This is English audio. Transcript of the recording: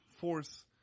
force